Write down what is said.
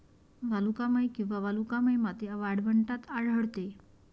वालुकामय किंवा वालुकामय माती वाळवंटात आढळते